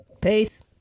Peace